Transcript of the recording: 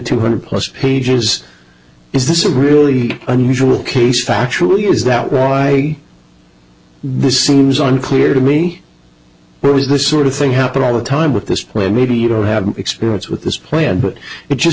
two hundred plus pages is this really unusual case factually is that why this seems unclear to me there is this sort of thing happen all the time with this plan maybe you don't have experience with this plan but it just